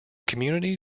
community